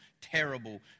terrible